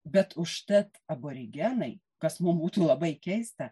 bet užtat aborigenai kas mum būtų labai keista